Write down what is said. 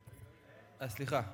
רגע, רגע.